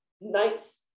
nights